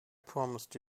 promised